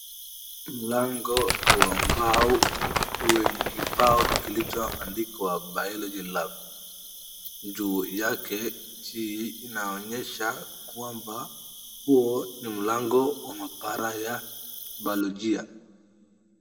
Mlango wa ubao wenye kibao kilichoandikwa BIOLOGY LAB juu yake. Hii inaonyesh a kwamba huo ni mlango wa maabara ya bayolojia.